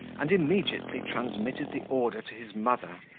and immediately transmitted the order to his mother,